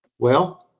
well,